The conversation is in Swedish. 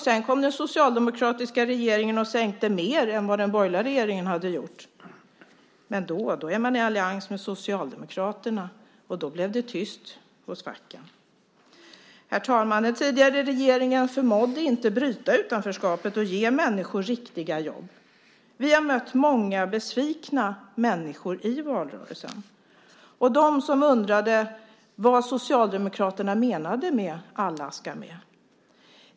Sedan kom den socialdemokratiska regeringen och sänkte mer än vad den borgerliga regeringen hade gjort. Men då är man i allians med Socialdemokraterna, och då blev det tyst hos facken. Herr talman! Den tidigare regeringen förmådde inte bryta utanförskapet och ge människor riktiga jobb. Vi har mött många besvikna människor i valrörelsen, de som undrade vad Socialdemokraterna menade med "Alla ska med".